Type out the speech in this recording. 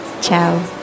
Ciao